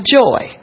joy